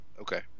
Okay